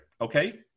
okay